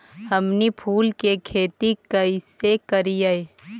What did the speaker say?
हमनी फूल के खेती काएसे करियय?